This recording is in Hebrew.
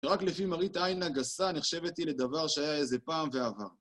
רק לפי מראית עין הגסה, נחשבת היא לדבר שהיה איזה פעם ועבר.